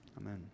Amen